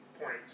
point